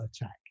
attack